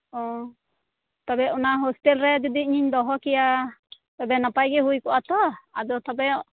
ᱚᱻ ᱛᱚᱵᱮ ᱚᱱᱟ ᱦᱳᱥᱴᱮᱞ ᱨᱮ ᱡᱩᱫᱤ ᱤᱧᱤᱧ ᱫᱚᱦᱚ ᱠᱮᱭᱟ ᱛᱚᱵᱮ ᱱᱟᱯᱟᱭ ᱜᱮ ᱦᱩᱭ ᱠᱚᱜᱼᱟ ᱛᱚ ᱟᱫᱚ ᱛᱚᱵᱮ